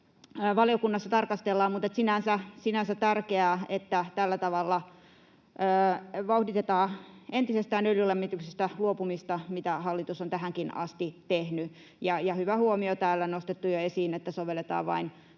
valiokunnassa tarkastellaan. Mutta sinänsä on tärkeää, että tällä tavalla vauhditetaan entisestään öljylämmityksestä luopumista, mitä hallitus on tähänkin asti tehnyt. Ja hyvä huomio täällä on nostettu jo esiin, että tätä sovelletaan vain